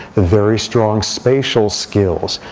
the very strong spatial skills,